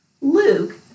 Luke